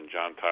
John